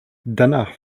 danach